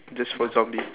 just for zombie